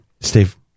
Steve